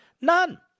None